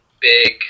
big